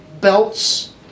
belts